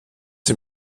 sie